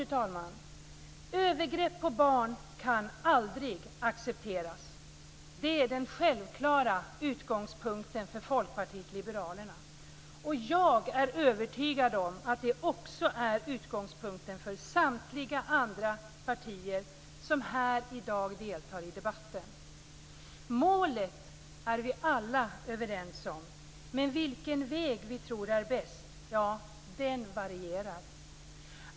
Övergrepp mot barn kan aldrig accepteras. Det är den självklara utgångspunkten för Folkpartiet liberalerna. Jag är övertygad om att det också är utgångspunkten för samtliga andra partier som deltar i debatten här i dag. Målet är vi alla överens om, men den väg vi tror är bäst varierar.